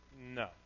No